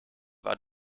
war